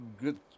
good